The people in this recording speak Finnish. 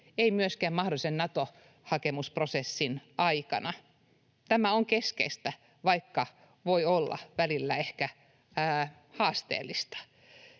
ei myöskään mahdollisen Nato-hakemusprosessin aikana. Tämä on keskeistä, vaikka voi olla välillä ehkä haasteellista.